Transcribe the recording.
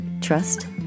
trust